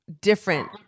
different